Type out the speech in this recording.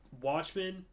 Watchmen